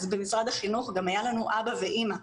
אז במשרד החינוך גם היה לנו אבא ואמא.